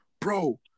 Bro